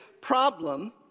problem